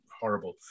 horrible